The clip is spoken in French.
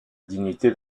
dignité